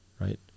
right